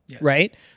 Right